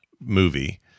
movie